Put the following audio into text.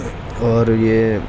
اور یہ